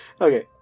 Okay